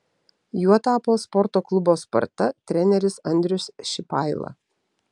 juo tapo sporto klubo sparta treneris andrius šipaila